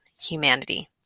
humanity